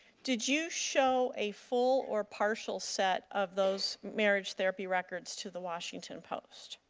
did you show a full or partial set of those marriage therapy records to the washington post?